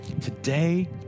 Today